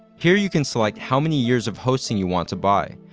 here you can select how many years of hosting you want to buy,